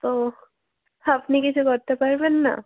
তো আপনি কিছু করতে পারবেন না